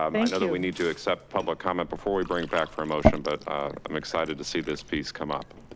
i mean and i mean we need to accept public comment before we bring back for a motion. but i'm excited to see this piece come up.